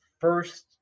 first